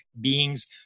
beings